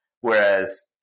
whereas